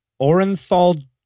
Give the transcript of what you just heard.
Orenthal